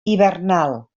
hivernal